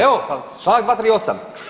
Evo, pa Članak 238.